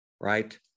Right